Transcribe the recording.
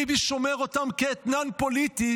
ביבי שומר אותם כאתנן פוליטי,